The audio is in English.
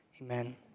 Amen